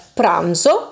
pranzo